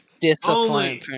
discipline